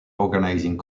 organising